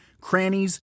crannies